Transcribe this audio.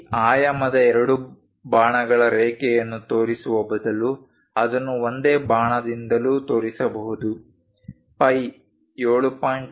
ಈ ಆಯಾಮದ ಎರಡು ಬಾಣಗಳ ರೇಖೆಯನ್ನು ತೋರಿಸುವ ಬದಲು ಅದನ್ನು ಒಂದೇ ಬಾಣದಿಂದಲೂ ತೋರಿಸಬಹುದು ಫೈ 7